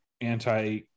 anti